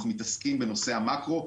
אנחנו מתעסקים בנושא המאקרו.